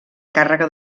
càrrega